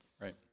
Right